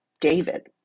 David